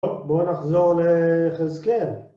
בואו נחזור ליחזקאל.